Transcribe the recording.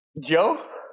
Joe